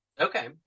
Okay